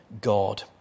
God